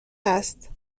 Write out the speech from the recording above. هست